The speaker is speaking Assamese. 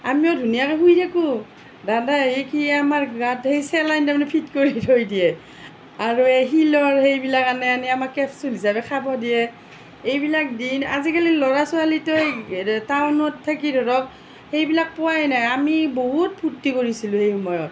আমিও ধুনীয়াকৈ শুই থাকোঁ দাদাই আহি কি আমাৰ গাত সেই চেলাইন তাৰমানে ফিট কৰি থৈ দিয়ে আৰু এই শিলৰ সেইবিলাক আনে আনি আমাক কেপচুল হিচাপে খাব দিয়ে এইবিলাক দিন আজি কালিৰ ল'ৰা ছোৱালীতো এই টাউনত থাকি ধৰক সেইবিলাক পোৱাই নাই আমি বহুত ফূৰ্তি কৰিছিলোঁ সেই সময়ত